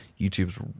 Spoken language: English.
YouTube's